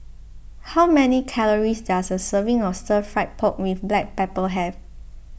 how many calories does a serving of Stir Fry Pork with Black Pepper have